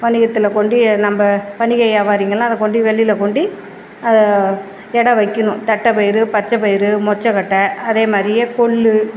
வணிகத்தில் கொண்டி நம்ம வணிக வியாவாரிங்கள்லாம் அதை கொண்டு வெளியில் கொண்டு அதை எடை வைக்கணும் தட்டைப்பயிறு பச்சைப்பயிறு மொச்சக்கொட்டை அதே மாதிரியே கொள்ளு